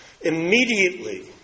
immediately